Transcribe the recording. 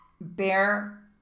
bear